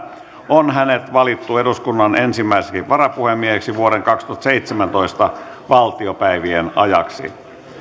on hänet valittu eduskunnan ensimmäiseksi varapuhemieheksi vuoden kaksituhattaseitsemäntoista valtiopäivien ajaksi